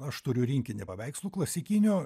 aš turiu rinkinį paveikslų klasikinių